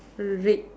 read